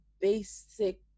basic